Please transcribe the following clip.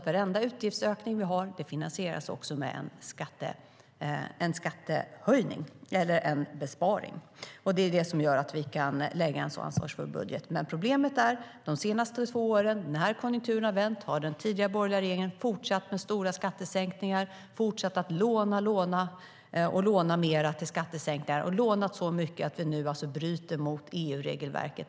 Varenda utgiftsökning vi har finansieras också med en skattehöjning eller en besparing, och det är det som gör att vi kan lägga fram en så ansvarsfull budget. Problemet är att de senaste två åren, när konjunkturen hade vänt, har den borgerliga regeringen fortsatt att låna och låna till stora skattesänkningar. De har lånat så mycket att det nu bryter mot EU-regelverket.